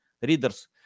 readers